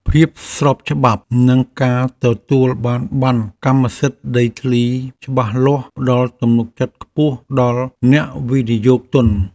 ភាពស្របច្បាប់និងការទទួលបានប័ណ្ណកម្មសិទ្ធិដីធ្លីច្បាស់លាស់ផ្តល់ទំនុកចិត្តខ្ពស់ដល់អ្នកវិនិយោគទុន។